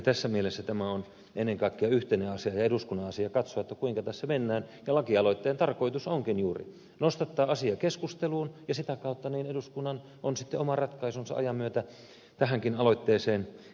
tässä mielessä on ennen kaikkea yhteinen asia ja eduskunnan asia katsoa kuinka tässä mennään ja lakialoitteen tarkoitus onkin juuri nostattaa asia keskusteluun ja sitä kautta eduskunnan on sitten oma ratkaisunsa ajan myötä tähänkin aloitteeseen tehtävä